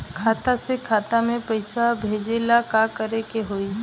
खाता से खाता मे पैसा भेजे ला का करे के होई?